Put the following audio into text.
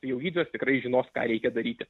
jau gydytojas tikrai žinos ką reikia daryti